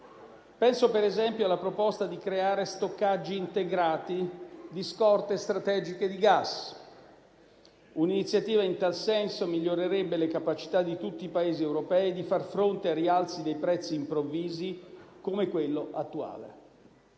Penso, per esempio, alla proposta di creare stoccaggi integrati di scorte strategiche di gas; un'iniziativa in tal senso migliorerebbe le capacità di tutti i Paesi europei di far fronte a rialzi dei prezzi improvvisi come quello attuale.